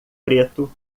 preto